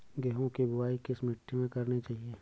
गेहूँ की बुवाई किस मिट्टी में करनी चाहिए?